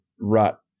rut